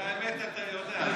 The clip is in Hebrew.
את האמת אתה יודע.